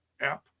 app